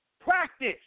practice